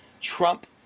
Trump